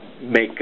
make